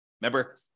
Remember